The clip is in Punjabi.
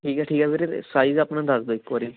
ਠੀਕ ਹੈ ਠੀਕ ਹੈ ਵੀਰੇ ਸਾਈਜ਼ ਆਪਣਾ ਦੱਸ ਦਿਓ ਇੱਕ ਵਾਰੀ